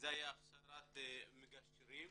אלא הכשרת מגשרים.